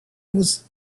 was